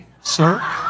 sir